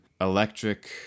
electric